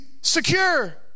secure